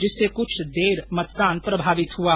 जिससे कुछ कुछ देर मतदान प्रभावित हुआ